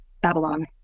Babylon